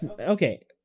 okay